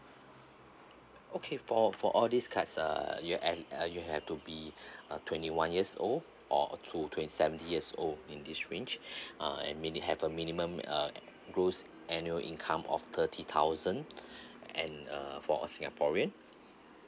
okay for for all these cards uh you at uh you have to be uh twenty one years old or to seventy years old in this range uh mini~ they have a minimum uh gross annual income of thirty thousand and uh for a singaporean